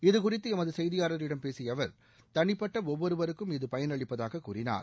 இதுகுறித்து எமது செய்தியாளரிடம் பேசிய அவர் தனிப்பட்ட ஒவ்வொருவருக்கும் இது பயனளிப்பதாக கூறினார்